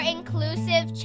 Inclusive